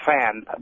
fan